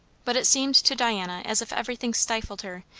but it seemed to diana as if everything stifled her,